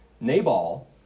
Nabal